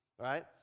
Right